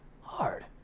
Hard